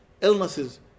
illnesses